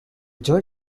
joint